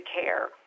care